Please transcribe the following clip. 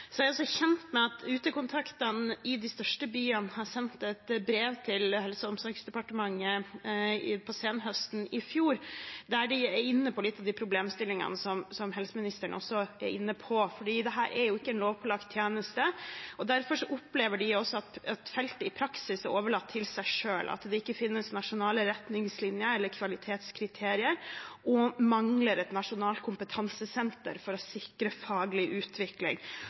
er også kjent med at utekontaktene i de største byene sendte et brev til Helse- og omsorgsdepartementet på senhøsten i fjor, der de er inne på noen av de problemstillingene som helseministeren også er inne på. Dette er ikke en lovpålagt tjeneste, og derfor opplever de også at feltet i praksis er overlatt til seg selv, at det ikke finnes nasjonale retningslinjer eller kvalitetskriterier, og at det mangler et nasjonalt kompetansesenter for å sikre faglig utvikling.